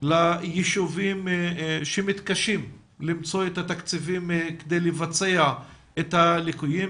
לישובים שמתקשים למצוא את התקציבים כדי לבצע את הליקויים,